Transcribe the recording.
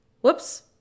Whoops